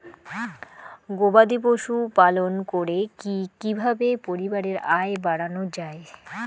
গবাদি পশু পালন করে কি কিভাবে পরিবারের আয় বাড়ানো যায়?